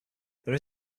there